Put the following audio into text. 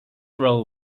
role